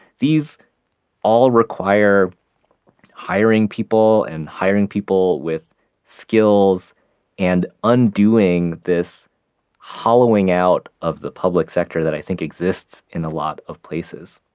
these all require hiring people and hiring people with skills and undoing this hollowing out of the public sector that i think exists in a lot of places.